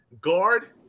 guard